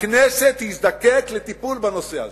הכנסת תזדקק לטיפול בנושא הזה,